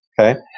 Okay